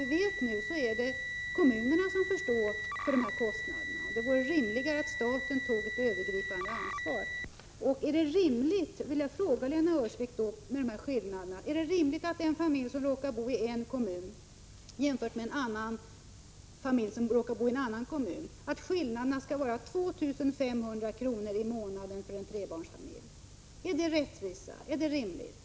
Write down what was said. Nu är det kommunerna som får stå för kostnaderna, och det vore rimligare att staten tog ett övergripande ansvar. Jag vill fråga Lena Öhrsvik: Är det rimligt att skillnaden mellan en trebarnsfamilj som råkar bo i en kommun och en annan trebarnsfamilj som bor i en annan kommun kan vara 2 500 kr. i månaden? Är det rättvisa?